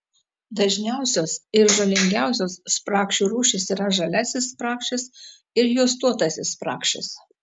dažniausios ir žalingiausios spragšių rūšys yra žaliasis spragšis ir juostuotasis spragšis